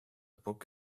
book